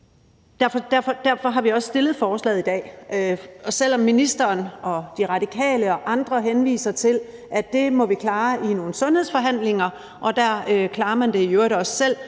Derfor har vi også fremsat det her forslag. Og selv om ministeren, De Radikale og andre henviser til, at det må vi klare i nogle sundhedsforhandlinger – og der klarer man det i øvrigt også selv